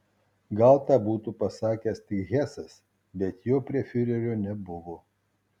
gal tą būtų pasakęs tik hesas bet jo prie fiurerio nebuvo